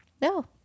No